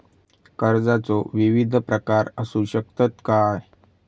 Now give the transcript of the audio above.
कर्जाचो विविध प्रकार असु शकतत काय?